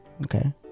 okay